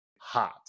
hot